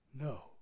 No